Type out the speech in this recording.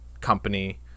company